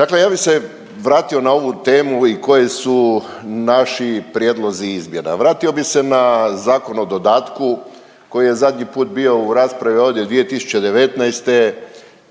Dakle, ja bih se vratio na ovu temu i koji su naši prijedlozi izmjena. Vratio bih se na Zakon o dodatku koji je zadnji put bio u raspravi ovdje 2019.